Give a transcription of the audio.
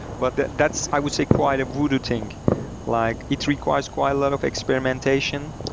but but that's, i would say, quite a voodoo thing. like it requires quite a lot of experimentation.